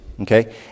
Okay